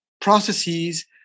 processes